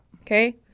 Okay